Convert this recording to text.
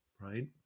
Right